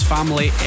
Family